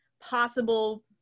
possible